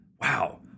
Wow